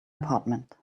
apartment